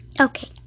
Okay